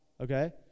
okay